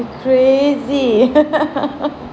you crazy